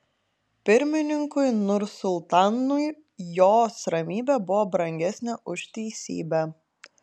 pirmininkui nursultanui jos ramybė buvo brangesnė už teisybę